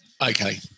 okay